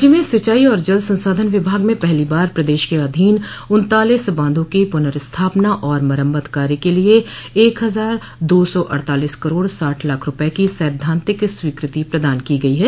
राज्य में सिंचाई और जल संसाधन विभाग में पहली बार प्रदेश के अधीन उन्तालीस बांधों की पुर्नस्थापना और मरम्मत कार्य के लिये एक हजार दो सो अड़तालीस करोड़ साठ लाख रूपये की सैद्धांतिक स्वीकृति प्रदान की गई है